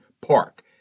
Park